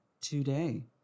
today